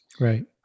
Right